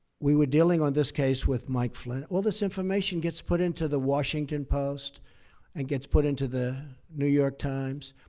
we were dealing on this case with mike flynn. all this information gets put into the washington post and gets put into the new york times.